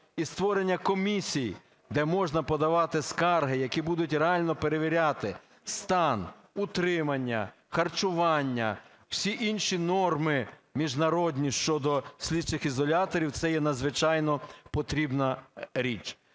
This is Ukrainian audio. І створення комісій, де можна подавати скарги, які будуть реально перевіряти стан утримання, харчування, всі інші норми міжнародні щодо слідчих ізоляторів – це є надзвичайно потрібна річ.